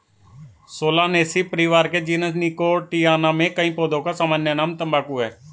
Solanaceae परिवार के genus Nicotiana में कई पौधों का सामान्य नाम तंबाकू है